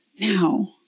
now